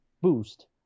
boost